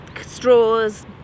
straws